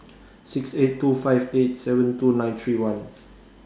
six eight two five eight seven two nine three one